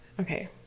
Okay